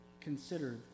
consider